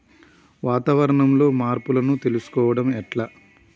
వాతావరణంలో మార్పులను తెలుసుకోవడం ఎట్ల?